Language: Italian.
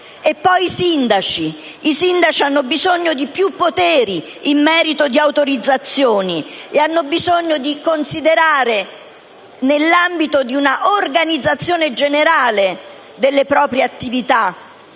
sindaci, che hanno bisogno di più poteri in materia di autorizzazioni e di considerare, nell'ambito di un'organizzazione generale delle proprie attività,